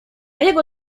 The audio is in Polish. jego